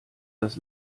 das